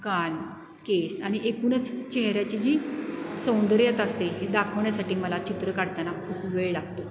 कान केस आणि एकूणच चेहऱ्याची जी सौंदर्यता असते ही दाखवण्यासाठी मला चित्र काढताना खूप वेळ लागतो